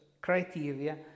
Criteria